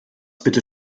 bitte